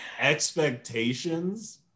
expectations